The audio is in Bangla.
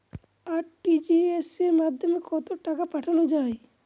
আর.টি.জি.এস এর মাধ্যমে কত টাকা পাঠানো যায়?